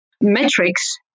metrics